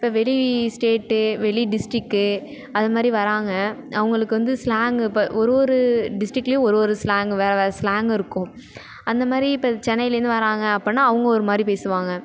இப்போ வெளி ஸ்டேட்டு வெளி டிஸ்ட்ரிக்கு அதுமாதிரி வராங்க அவங்களுக்கு வந்து ஸ்லாங் இப்போ ஒரு ஒரு டிஸ்ட்ரிக்லேயும் ஒரு ஒரு ஸ்லாங் வேற வேற ஸ்லாங்கு இருக்கும் அந்தமாதிரி இப்போ சென்னைலேருந்து வராங்க அப்படின்னா அவங்க ஒரு மாதிரி பேசுவாங்க